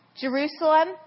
Jerusalem